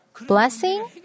blessing